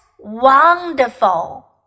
wonderful